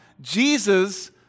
Jesus